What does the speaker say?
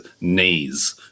knees